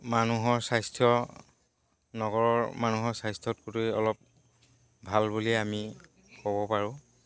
মানুহৰ স্বাস্থ্য নগৰৰ মানুহৰ স্বাস্থ্যতকৈ অলপ ভাল বুলিয়েই আমি ক'ব পাৰোঁ